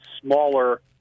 smaller